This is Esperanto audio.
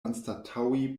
anstataŭi